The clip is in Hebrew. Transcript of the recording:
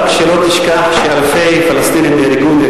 רק שלא תשכח שאלפי פלסטינים נהרגו,